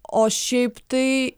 o šiaip tai